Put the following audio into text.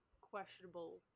questionable